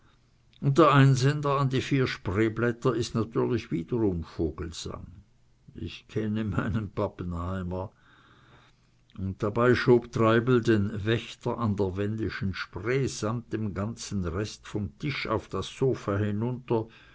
und der einsender an die vier spreeblätter ist natürlich wiederum vogelsang ich kenne meinen pappenheimer und dabei schob treibel den wächter an der wendischen spree samt dem ganzen rest vom tisch auf das sofa hinunter